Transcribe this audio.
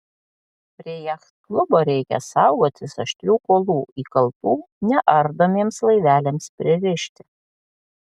prie jachtklubo reikia saugotis aštrių kuolų įkaltų neardomiems laiveliams pririšti